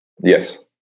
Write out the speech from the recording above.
Yes